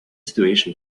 situation